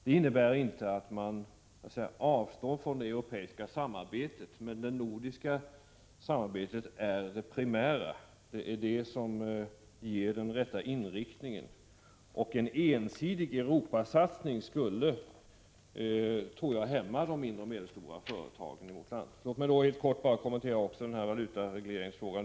Det innebär inte att man avstår från det europeiska samarbetet, men det nordiska samarbetet är det primära. Det är det som ger den rätta inriktningen. En ensidig Europasatsning skulle, tror jag, hämma de mindre och medelstora företagen i vårt land. Låt mig bara helt kort kommentera valutaregleringsfrågan.